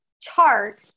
chart